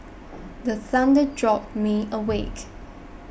the thunder jolt me awake